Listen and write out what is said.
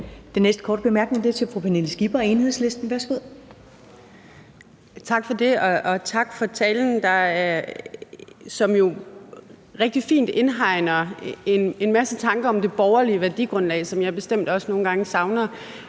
Den næste korte bemærkning er til fru Pernille Skipper, Enhedslisten. Værsgo. Kl. 21:46 Pernille Skipper (EL): Tak for det, og tak for talen, som jo rigtig fint indhegner en mase tanker om det borgerlige værdigrundlag, som jeg bestemt også nogle gange savner